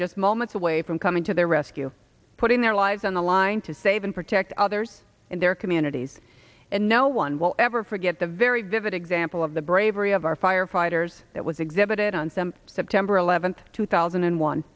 just moments away from coming to their rescue putting their lives on the line to save and protect others in their communities and no one will ever forget the very vivid example of the bravery of our firefighters that was exhibited on some september eleventh two thousand and one